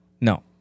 No